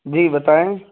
جی بتائیں